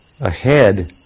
ahead